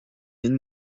این